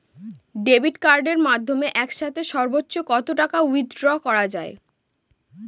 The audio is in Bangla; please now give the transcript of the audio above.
ডেবিট কার্ডের মাধ্যমে একসাথে সর্ব্বোচ্চ কত টাকা উইথড্র করা য়ায়?